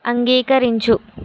అంగీకరించు